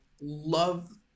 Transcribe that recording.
love